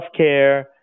healthcare